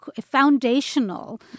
foundational